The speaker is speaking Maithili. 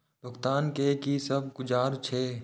भुगतान के कि सब जुगार छे?